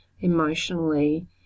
emotionally